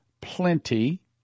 plenty